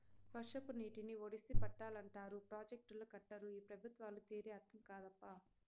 వర్షపు నీటిని ఒడిసి పట్టాలంటారు ప్రాజెక్టులు కట్టరు ఈ పెబుత్వాల తీరే అర్థం కాదప్పా